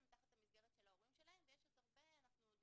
הם תחת המסגרת של ההורים שלהם ויש עוד הרבה שמפוזרים.